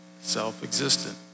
self-existent